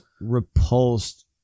repulsed